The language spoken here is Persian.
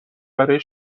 برای